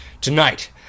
tonight